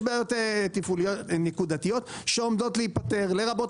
יש בעיות נקודתיות שעומדות להיפתר לרבות